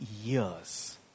years